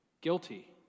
guilty